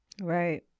Right